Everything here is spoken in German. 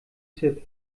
tipp